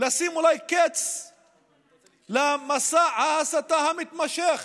לשים קץ למסע ההסתה המתמשך